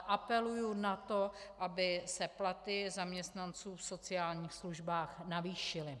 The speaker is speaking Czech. Apeluji na to, aby se platy zaměstnanců v sociálních službách zvýšily.